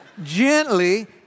gently